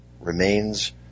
remains